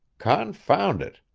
confound it!